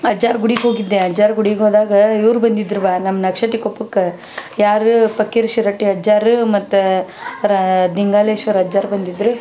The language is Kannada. ಅಜ್ಜಾರ ಗುಡಿಗೆ ಹೋಗಿದೆ ಅಜ್ಜರ ಗುಡಿಗೆ ಹೋದಾಗ ಇವ್ರು ಬಂದಿದ್ರವ್ವ ನಮ್ಮ ನಕ್ಶಟ್ಟಿ ಕೊಪ್ಪಕ್ಕ ಯಾರು ಫಕೀರ್ ಶೇರಟ್ಟಿ ಅಜ್ಜಾರು ಮತ್ತು ಅವ್ರು ದಿಂಗಾಲೇಶ್ವರ ಅಜ್ಜಾರು ಬಂದಿದ್ದರು